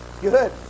Good